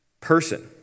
person